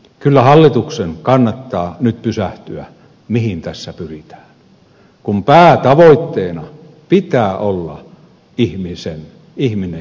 kyllä hallituksen kannattaa nyt pysähtyä miettimään mihin tässä pyritään kun päätavoitteena pitää olla ihminen ja palvelut